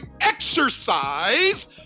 exercise